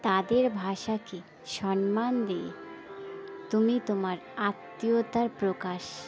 তাদের ভাষাকে সম্মান দিয়ে তুমি তোমার আত্মীয়তার প্রকাশ